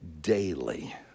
daily